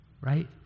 Right